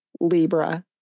Libra